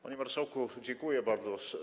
Panie marszałku, dziękuję bardzo.